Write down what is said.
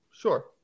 sure